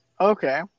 Okay